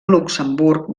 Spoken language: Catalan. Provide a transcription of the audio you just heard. luxemburg